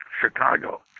Chicago